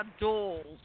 dolls